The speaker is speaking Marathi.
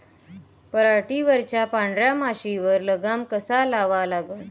पराटीवरच्या पांढऱ्या माशीवर लगाम कसा लावा लागन?